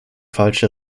falsche